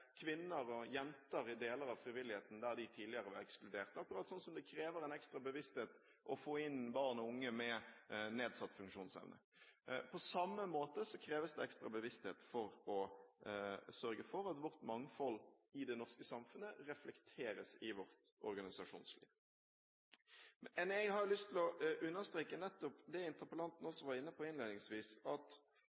kvinner og jenter i deler av frivilligheten der de tidligere var ekskludert, akkurat som det krever en ekstra bevissthet å få inn barn og unge med nedsatt funksjonsevne. På samme måte kreves det en ekstra bevissthet for å sørge for at vårt mangfold i det norske samfunnet reflekteres i vårt organisasjonsliv. Jeg har lyst til å understreke nettopp det interpellanten også var inne på innledningsvis, at